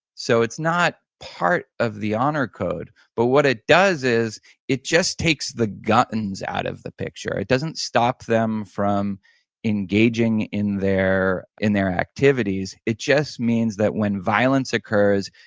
so it's not part of the honor code, but what it does is it just takes the guns out of the picture it doesn't stop them from engaging in their in their activities, it just means that when violence occurs,